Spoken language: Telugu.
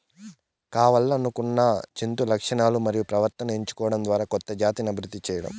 కావల్లనుకున్న జంతు లక్షణాలను మరియు ప్రవర్తనను ఎంచుకోవడం ద్వారా కొత్త జాతిని అభివృద్ది చేయడం